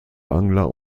angler